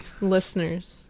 listeners